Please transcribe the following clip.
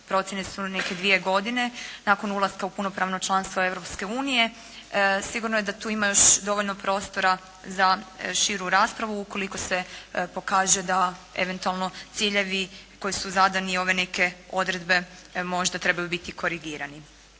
procjene su neke dvije godine nakon ulaska u punopravno članstvo Europske unije, sigurno je da tu ima još dovoljno prostora za širu raspravu ukoliko se pokaže da eventualno ciljevi koji su zadani i ove neke odredbe možda trebaju biti korigirani.